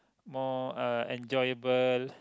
more uh enjoyable